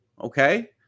Okay